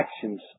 actions